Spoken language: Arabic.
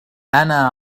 أنا